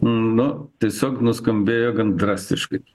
nu tiesiog nuskambėjo gan drastiškai